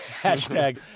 Hashtag